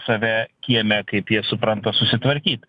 save kieme kaip jie supranta susitvarkyt